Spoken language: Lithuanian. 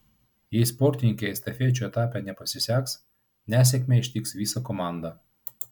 jei sportininkei estafečių etape nepasiseks nesėkmė ištiks visą komandą